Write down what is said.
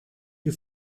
you